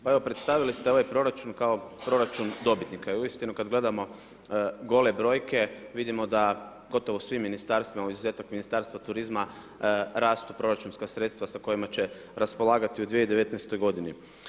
Pa evo, predstavili ste ovaj proračun kao proračun dobitnika, i uistinu kad gledamo gole brojke, vidimo da gotovo u svim Ministarstvima, uz izuzetak Ministarstva turizma, rastu proračunska sredstva sa kojima će raspolagati u 2019. godini.